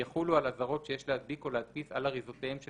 יחולו על אזהרות שיש להדביק או להדפיס על אריזותיהם של